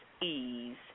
ease